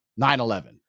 9-11